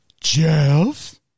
jeff